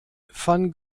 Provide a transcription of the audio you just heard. van